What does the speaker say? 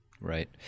Right